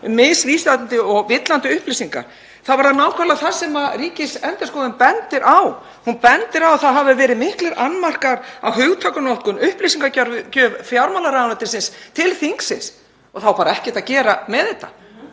misvísandi og villandi upplýsingar þá var það nákvæmlega það sem Ríkisendurskoðun bendir á. Hún bendir á að það hafi verið miklir annmarkar á hugtakanotkun, á upplýsingagjöf fjármálaráðuneytisins til þingsins, og það á bara ekkert að gera með þetta.